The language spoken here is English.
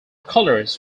colors